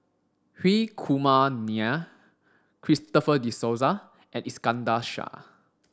Hri Kumar Nair Christopher De Souza and Iskandar Shah